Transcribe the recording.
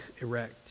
erect